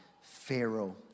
Pharaoh